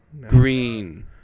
Green